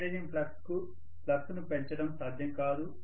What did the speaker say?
magnetising flux కు flux ను పెంచడం సాధ్యం కాదు